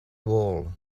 wall